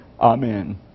Amen